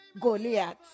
Goliath